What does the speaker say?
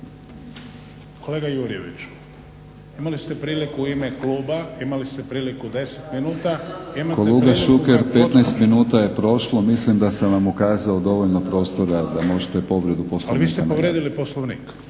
Kolega Jurjeviću, imali ste priliku u ime kluba, imali ste priliku 10 minuta. **Batinić, Milorad (HNS)** Kolega Šuker, 15 minuta je prošlo. Mislim da sam vam ukazao dovoljno prostora da možete povredu Poslovnika. **Šuker, Ivan